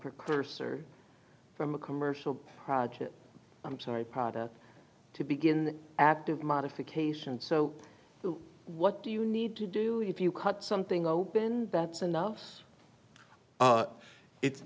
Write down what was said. precursor from a commercial project i'm sorry product to begin active modification so what do you need to do if you cut something open enough it's